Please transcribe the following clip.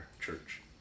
church